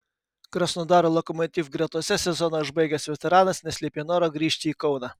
krasnodaro lokomotiv gretose sezoną užbaigęs veteranas neslėpė noro grįžti į kauną